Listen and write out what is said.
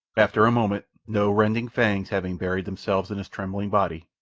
after a moment, no rending fangs having buried themselves in his trembling body,